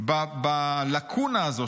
בלקונה הזו,